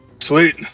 Sweet